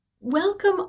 Welcome